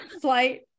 flight